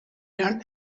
learn